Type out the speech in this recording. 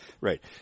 Right